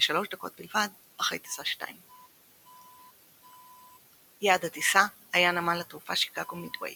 כשלוש דקות בלבד אחרי טיסה 2. יעד הטיסה היה נמל התעופה שיקגו מידוויי